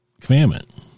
commandment